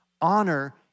Honor